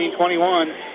1921